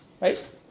Right